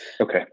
okay